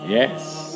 Yes